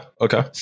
Okay